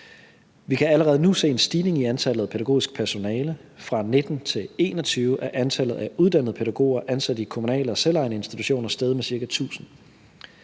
Vi kan allerede nu se en stigning i antallet af pædagogisk personale. Fra 2019 til 2021 er antallet af uddannede pædagoger ansat i kommunale og selvejende institutioner steget med ca. 1.000.